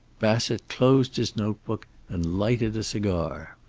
bassett closed his notebook and lighted a cigar.